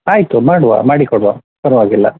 ಆಯಿತು ಮಾಡುವ ಮಾಡಿ ಕೊಡುವ ಪರವಾಗಿಲ್ಲ